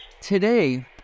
Today